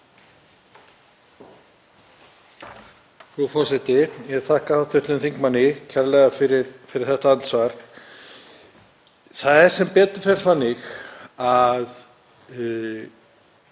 Frú forseti. Ég þakka hv. þingmanni kærlega fyrir þetta andsvar. Það er sem betur fer þannig að